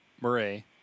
Murray